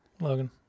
Logan